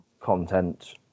content